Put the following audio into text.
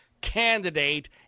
candidate